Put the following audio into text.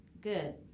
Good